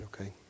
okay